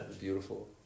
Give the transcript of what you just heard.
beautiful